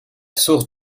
source